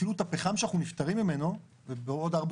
אפילו את הפחם שאנחנו נפטרים ממנו ובעוד ארבע